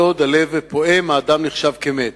כל עוד הלב פועם האדם לא נחשב כמת.